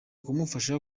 kumufasha